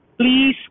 please